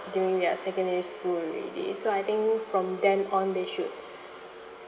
during their secondary school already so I think from then on they should